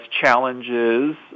challenges